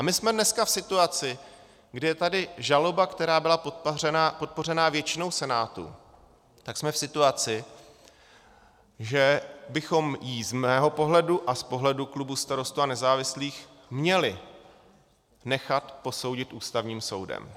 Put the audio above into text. My jsme dneska v situaci, kdy je tady žaloba, která byla podpořena většinou Senátu, jsme v situaci, že bychom ji z mého pohledu a z pohledu klubu Starostů a nezávislých měli nechat posoudit Ústavním soudem.